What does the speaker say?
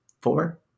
four